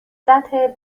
نهضت